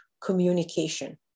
communication